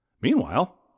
Meanwhile